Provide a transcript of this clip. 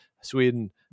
sweden